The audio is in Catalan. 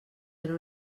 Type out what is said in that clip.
era